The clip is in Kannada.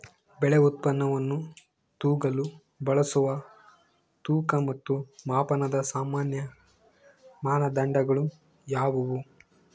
ಬೆಳೆ ಉತ್ಪನ್ನವನ್ನು ತೂಗಲು ಬಳಸುವ ತೂಕ ಮತ್ತು ಮಾಪನದ ಸಾಮಾನ್ಯ ಮಾನದಂಡಗಳು ಯಾವುವು?